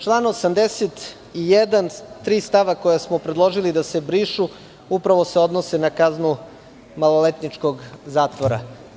Član 81, tri stava koja smo predložili da se brišu, upravo se odnose na kaznu maloletničkog zatvora.